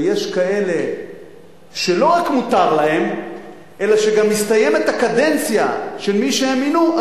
ויש כאלה שלא רק מותר להם אלא שגם אם מסתיימת הקדנציה של מי שהם מינו,